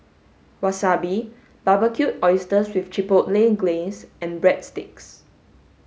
Wasabi Barbecued Oysters with Chipotle Glaze and Breadsticks